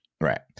Right